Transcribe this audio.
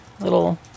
little